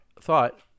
thought